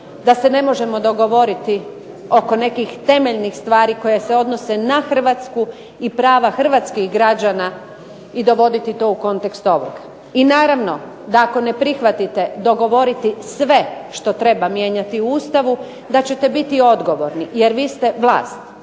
da se ne možemo dogovoriti oko nekih temeljnih stvari koje se odnose na Hrvatsku i prava hrvatskih građana i dovoditi to u kontekst ovog. I naravno da ako ne prihvatite dogovoriti sve što treba mijenjati u Ustavu, da ćete biti odgovorni jer vi ste vlast.